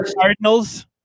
Cardinals